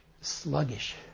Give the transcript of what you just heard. Sluggish